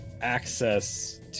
access